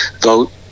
vote